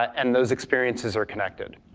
and those experiences are connected.